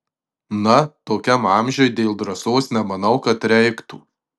na tokiam amžiuj dėl drąsos nemanau kad reiktų